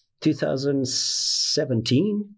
2017